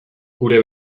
gure